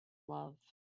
love